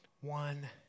one